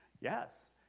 Yes